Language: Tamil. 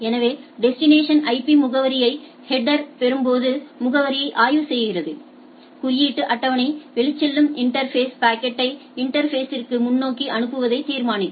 எனவே டெஸ்டினேஷன் ஐபி முகவரியை ஹெட்டரில் பெறும் போது முகவரியை ஆய்வு செய்கிறது குறியீட்டு அட்டவணை வெளிச்செல்லும் இன்டா்ஃபேஸ் பாக்கெட்டை இன்டா்ஃபேஸிற்க்கு முன்னோக்கி அனுப்புவதை தீர்மானிக்கும்